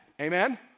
Amen